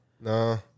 no